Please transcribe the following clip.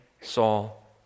Saul